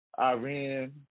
Iran